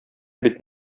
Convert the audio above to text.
бит